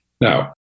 Now